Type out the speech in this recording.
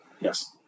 Yes